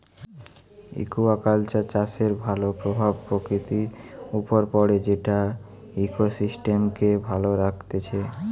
aquaculture চাষের ভাল প্রভাব প্রকৃতির উপর পড়ে যেটা ইকোসিস্টেমকে ভালো রাখতিছে